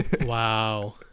Wow